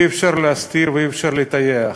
ואי-אפשר להסתיר ואי-אפשר לטייח,